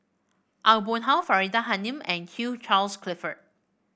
Aw Boon Haw Faridah Hanum and Hugh Charles Clifford